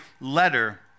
letter